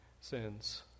sins